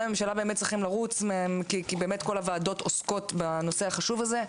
לקיים את הוועדה החשובה הזו.